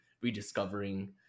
rediscovering